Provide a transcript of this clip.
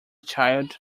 child